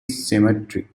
cemetery